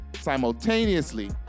simultaneously